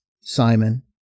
Simon